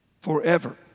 forever